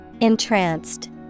Entranced